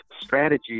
strategy